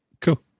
Cool